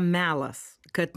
melas kad